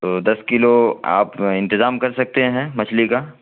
تو دس کلو آپ انتظام کر سکتے ہیں مچھلی کا